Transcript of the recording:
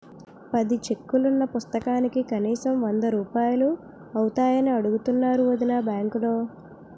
పది చెక్కులున్న పుస్తకానికి కనీసం వందరూపాయలు అవుతాయని అడుగుతున్నారు వొదినా బాంకులో